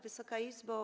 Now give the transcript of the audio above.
Wysoka Izbo!